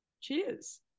Cheers